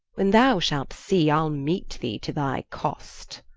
when thou shalt see, ile meet thee to thy cost